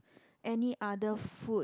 any other food